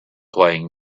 playing